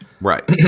Right